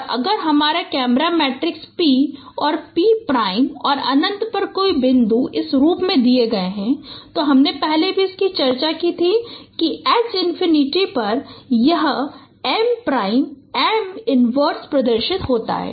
और अगर हमारे कैमरा मैट्रेसेस P और P प्राइम और अनंत पर कोई बिंदु इस रूप में दिए गए हैं हमने पहले भी चर्चा की थी कि H इन्फिनिटी पर यह M प्राइम M इन्वर्स प्रदर्शित होता है